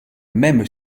même